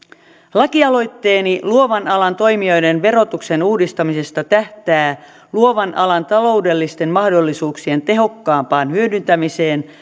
lakialoitteeni luovan alan toimijoiden verotuksen uudistamisesta tähtää luovan alan taloudellisten mahdollisuuksien tehokkaampaan hyödyntämiseen